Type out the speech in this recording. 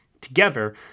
Together